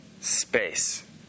space